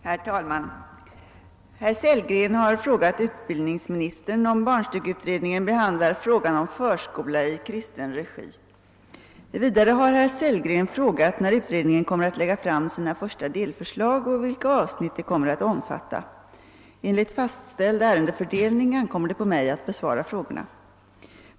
Herr talman! Herr Sellgren har frågat utbildningsministern om barnstugeutredningen behandlar frågan om förskola i kristen regi. Vidare har herr Sellgren frågat när utredningen kommer att lägga fram sina första delförslag och vilka avsnitt de kommer att omfatta. Enligt fastställd ärendefördelning ankommer det på mig att besvara frågorna.